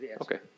Okay